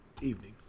evening